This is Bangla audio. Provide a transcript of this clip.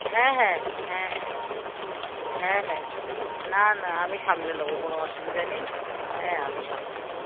হ্যাঁ হ্যাঁ হ্যাঁ হ্যাঁ হ্যাঁ হ্যাঁ না না আমি সামলে নেবো কোনো অসুবিধা নেই হ্যাঁ আমি সামলে নেবো